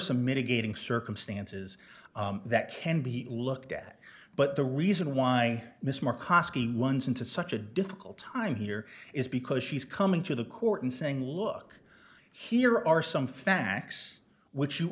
some mitigating circumstances that can be looked at but the reason why miss moore kosky ones into such a difficult time here is because she's coming to the court and saying look here are some facts which you